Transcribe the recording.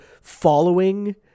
following